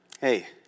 Hey